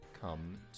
come